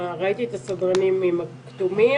ראיתי את הסדרנים עם הכתומים,